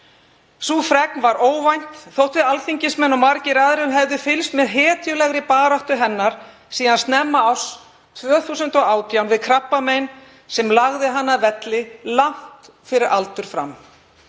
Sú fregn var óvænt þótt við alþingismenn og margir aðrir hefðum fylgst með hetjulegri baráttu hennar síðan snemma árs 2018 við krabbamein sem lagði hana að velli langt fyrir aldur fram.